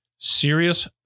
Serious